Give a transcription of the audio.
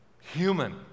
human